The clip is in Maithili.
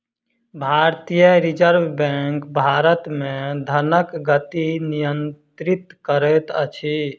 भारतीय रिज़र्व बैंक भारत मे धनक गति नियंत्रित करैत अछि